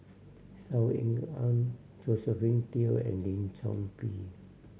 Saw Ean Ang Josephine Teo and Lim Chor Pee